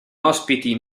ospiti